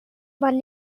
man